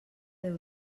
déu